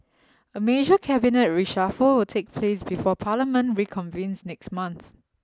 a major cabinet reshuffle take place before parliament reconvenes next month